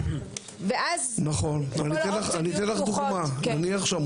מסיים הסמכת הרבליסט קליני ממכון וינגייט,